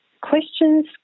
questions